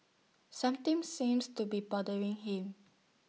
something seems to be bothering him